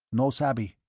no sabby.